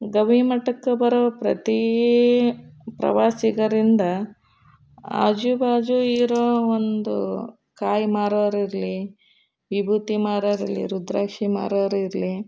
ಗವಿಮಠಕ್ಕೆ ಬರೋ ಪ್ರತಿ ಪ್ರವಾಸಿಗರಿಂದ ಆಜುಬಾಜು ಇರೋ ಒಂದು ಕಾಯಿ ಮಾರೋರಿರಲಿ ವಿಭೂತಿ ಮಾರೋರಿರಲಿ ರುದ್ರಾಕ್ಷಿ ಮಾರೋರಿರಲಿ